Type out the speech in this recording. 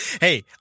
Hey